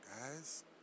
guys